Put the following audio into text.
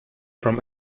from